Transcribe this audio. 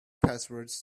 passwords